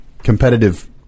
competitive